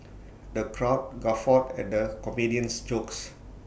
the crowd guffawed at the comedian's jokes